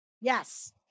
Yes